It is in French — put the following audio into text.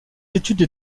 études